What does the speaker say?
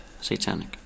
Satanic